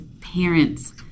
parents